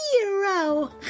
hero